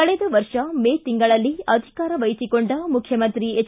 ಕಳೆದ ವರ್ಷ ಮೇ ತಿಂಗಳಲ್ಲಿ ಅಧಿಕಾರ ವಹಿಸಿಕೊಂಡ ಮುಖ್ಯಮಂತ್ರಿ ಎಚ್